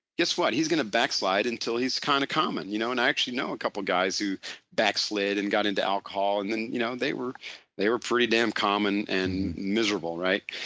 guess what? he's going to back slide until he's kind of common you know and i actually know a couple of guys who back slid and got into alcohol and and you know they were they were pretty damn common and miserable, right?